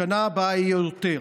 בשנה הבאה יהיו יותר.